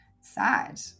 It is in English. sad